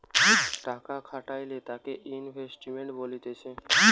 টাকা খাটাইলে তাকে ইনভেস্টমেন্ট বলতিছে